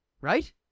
right